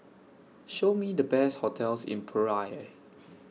Show Me The Best hotels in Praia